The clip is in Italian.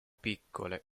piccole